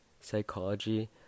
psychology